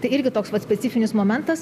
tai irgi toks vat specifinis momentas